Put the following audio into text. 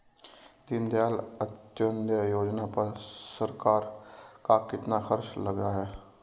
दीनदयाल अंत्योदय योजना पर सरकार का कितना खर्चा लगा है?